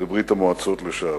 בברית-המועצות לשעבר.